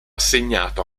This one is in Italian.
assegnato